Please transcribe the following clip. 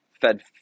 fed